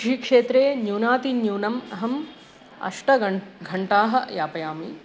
कृषिक्षेत्रे न्यूनातिन्यूनम् अहम् अष्टघण्टाः यापयामि